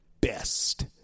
best